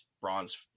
bronze